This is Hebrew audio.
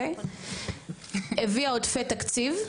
הביאה עודפי תקציב,